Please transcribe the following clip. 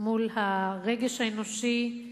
מול הרגש האנושי,